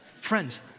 friends